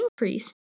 increase